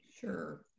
Sure